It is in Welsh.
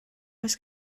oes